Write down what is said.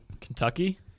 Kentucky